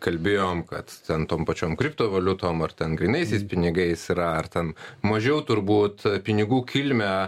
kalbėjom kad ten tom pačiom kriptovaliutom ar ten grynaisiais pinigais yra ar ten mažiau turbūt pinigų kilmę